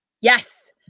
Yes